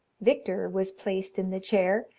victor was placed in the chair,